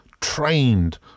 trained